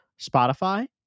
Spotify